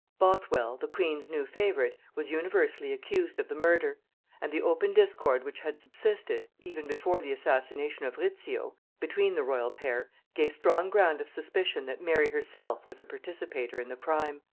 bothwell, the queen's new favorite, was universally accused of the murder and the open discord which had subsisted, even before the assassination of rizzio, between the royal pair, gave strong ground of suspicion that mary herself was a participator in the crime.